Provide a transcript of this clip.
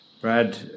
Brad